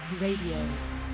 Radio